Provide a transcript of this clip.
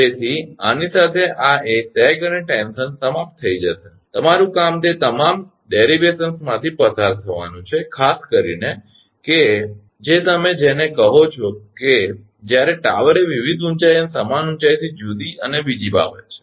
તેથી આની સાથે આ એ સેગ અને ટેન્શન પ્રકરણ સમાપ્ત થઈ જશે તમારુ કામ તે તમામ વ્યુત્પન્નતાઓમાંથી પસાર થવાનું છે ખાસ કરીને કે જે તમે જેને કહો છો તે જ્યારે ટાવર એ વિવિધ ઊંચાઈ અને સમાન ઊંચાઇ થી જુદી અને બીજી બાબત છે